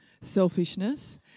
selfishness